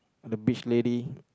the beach lady